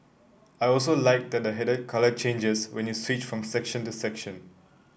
I also like that the header colour changes when you switch from section to section